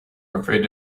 afraid